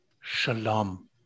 shalom